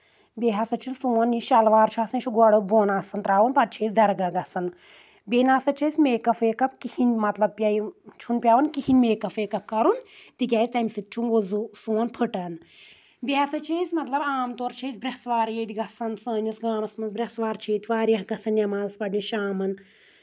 بیٚیہِ ہَسا چھُ سون یہِ شَلوار چھُ آسن یہِ چھُ گۄڈٕ بۄن آسان ترٛاوُن پَتہٕ چھِ أسۍ درگاہ گژھان بیٚیہِ نسا چھِ أسۍ میک اپ ویک اپ کِہیٖنۍ مطلب پییِن چھُنہٕ پٮ۪وان کِہیٖنۍ میک اپ ویک اپ کَرُن تِکیازِ تَمہِ سۭتۍ چھُنہٕ وضو سون پھٕٹان بیٚیہِ ہَسا چھِ أسۍ مطلب عام طور چھِ أسۍ برٛؠسوار ییٚتہِ گژھان سٲنِس گامَس منٛز برٛؠسوار چھِ ییٚتہِ واریاہ گژھان نؠماز پَران شامَن